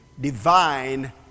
Divine